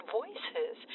voices